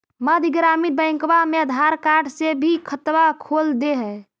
मध्य ग्रामीण बैंकवा मे आधार कार्ड से भी खतवा खोल दे है?